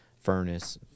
furnace